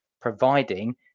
providing